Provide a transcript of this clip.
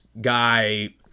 guy